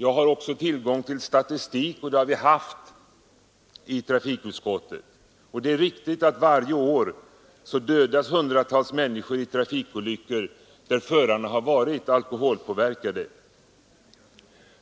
Jag har också tillgång till statistik, och det har vi haft även i trafikutskottet. Det är riktigt att varje år dödas hundratals människor i trafikolyckor där förarna har varit alkoholpåverkade.